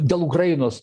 dėl ukrainos